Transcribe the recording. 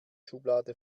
schublade